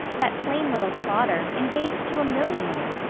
that plain little plodder, engaged to a millionaire,